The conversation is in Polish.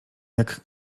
jak